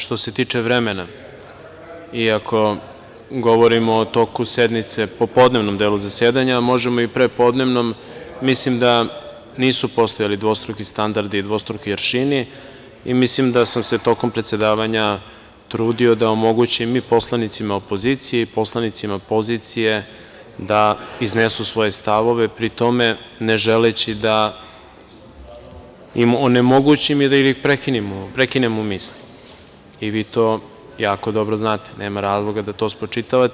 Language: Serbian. Što se tiče vremena i ako govorimo o toku sednice popodnevnom delu zasedanja, a možemo i prepodnevnom, mislim da nisu postojali dvostruki standardi i dvostruki aršini, i mislim da sam se tokom predsedavanja trudio da omogućim i poslanicima opozicije i poslanicima pozicije da iznesu svoje stavove, pri tome, ne želeći da im onemogućim ili prekinemo misli, i vi to jako dobro znate, nema razloga da to spočitavate.